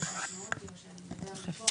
לו מטפל.